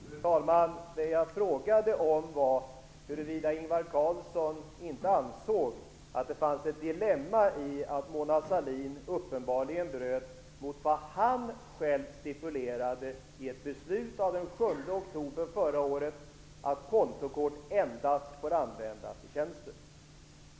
Fru talman! Det jag frågade om var huruvida inte Ingvar Carlsson ansåg att det fanns ett dilemma i att Mona Sahlin uppenbarligen bröt mot vad han själv stipulerade i ett beslut av den 7 oktober förra året, att kontokort endast får användas i tjänsten.